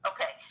Okay